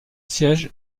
siège